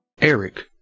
Eric